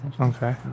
okay